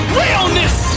realness